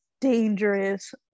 dangerous